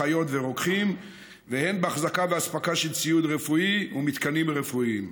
אחיות ורוקחים והן באחזקה ואספקה של ציוד רפואי ומתקנים רפואיים.